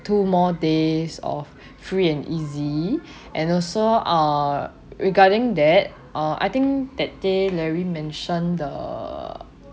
two more days of free and easy and also uh regarding that uh I think that day larry mention the